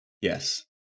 yes